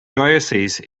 diocese